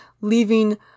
leaving